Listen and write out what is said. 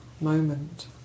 moment